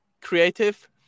creative